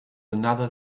another